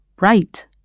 right